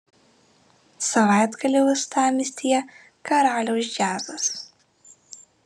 savaitgalį uostamiestyje karaliaus džiazas